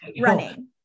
running